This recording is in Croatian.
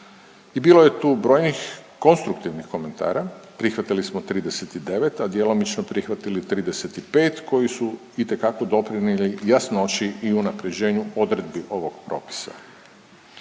i bilo je tu brojnih konstruktivnih komentara, prihvatili smo 39, a djelomično prihvatili 35, koji su itekako doprinijeli jasnoći i unaprjeđenju odredbi ovog propisa.